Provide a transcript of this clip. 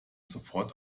sofort